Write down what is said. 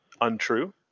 untrue